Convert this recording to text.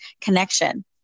connection